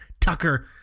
Tucker